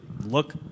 look